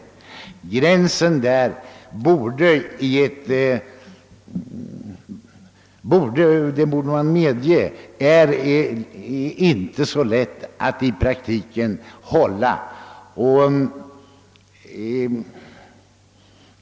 Gränsen mellan staten som köpare och staten som säljare är — det borde man medge — i praktiken inte så lätt att upprätthålla.